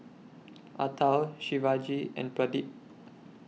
Atal Shivaji and Pradip